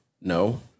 No